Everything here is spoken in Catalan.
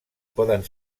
poden